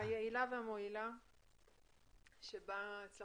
אנחנו מקווים שבדגש שניתן פה על הצד